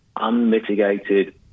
unmitigated